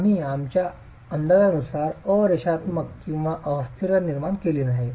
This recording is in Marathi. तर आम्ही आमच्या अंदाजानुसार अ रेषात्मकता किंवा अस्थिरता निर्माण केलेली नाही